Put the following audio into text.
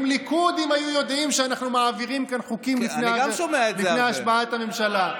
ליכוד אם הם היו יודעים שאנחנו מעבירים כאן חוקים לפני השבעת הממשלה.